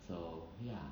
so ya